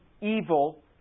evil